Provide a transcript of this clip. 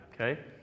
Okay